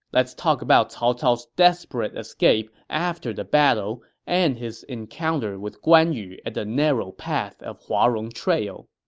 let's talk about cao cao's desperate escape after the battle and his encounter with guan yu at the narrow path of huarong trail.